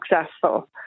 successful